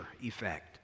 effect